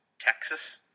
Texas